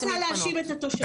אני לא רוצה להאשים את התושבים,